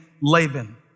Laban